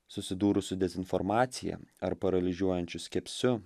susidūrus su dezinformacija ar paralyžiuojančiu skepsiu